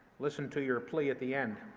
listen to your plea at the end